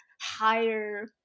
higher